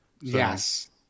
Yes